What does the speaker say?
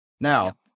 Now